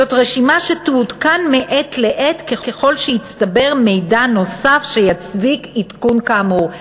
זאת רשימה שתעודכן מעת לעת ככל שיצטבר מידע נוסף שיצדיק עדכון כאמור.